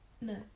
No